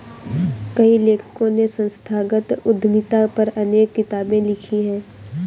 कई लेखकों ने संस्थागत उद्यमिता पर अनेक किताबे लिखी है